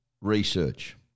research